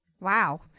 Wow